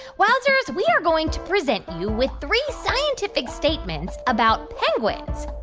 wowzers, we are going to present you with three scientific statements about penguins.